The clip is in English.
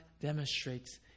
demonstrates